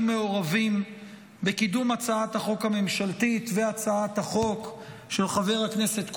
מעורבים בקידום הצעת החוק הממשלתית והצעת החוק של חבר הכנסת קרויזר,